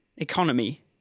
Economy